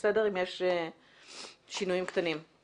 אם יש שינויים קטנים.